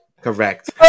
Correct